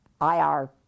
IR